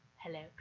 hello